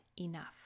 enough